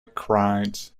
cried